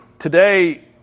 Today